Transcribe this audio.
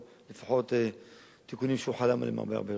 או לפחות תיקונים שהוא חלם עליהם הרבה שנים.